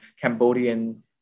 Cambodian